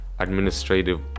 administrative